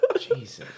jesus